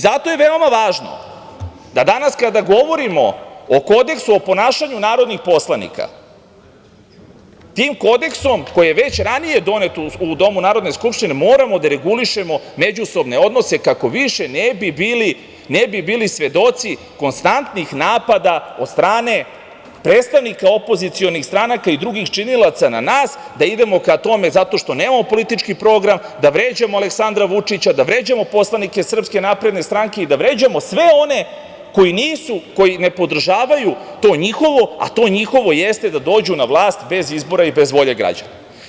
Zato je veoma važno da danas kada govorimo o Kodeksu, o ponašanju narodnih poslanika, tim Kodeksom, koji je već ranije donet u domu Narodne skupštine, moramo da regulišemo međusobne odnose kako više ne bi bili svedoci konstantnih napada od strane predstavnika opozicionih stranaka i drugih činilaca na nas, da idemo ka tome zato što nemamo politički program, da vređamo Aleksandra Vučića, da vređamo poslanike SNS i da vređamo sve one koji ne podržavaju to njihovo, a to njihovo jeste da dođu na vlast bez izbora i bez volje građana.